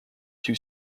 two